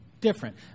different